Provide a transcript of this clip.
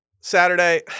Saturday